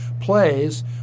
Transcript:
plays